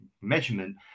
measurement